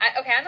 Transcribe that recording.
okay